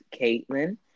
Caitlin